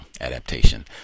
adaptation